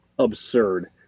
absurd